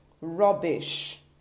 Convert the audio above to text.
rubbish